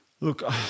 Look